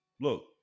Look